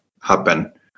happen